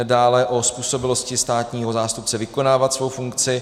Dále o způsobilosti státního zástupce vykonávat svou funkci.